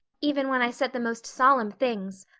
even when i said the most solemn things.